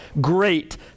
great